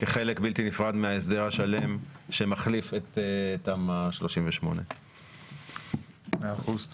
כחלק בלתי נפרד מההסדר השלם שמחליף את תמ"א 38. מאה אחוז,